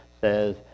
says